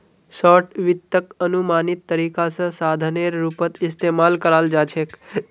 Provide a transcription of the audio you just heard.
short वित्तक अनुमानित तरीका स साधनेर रूपत इस्तमाल कराल जा छेक